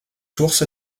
sources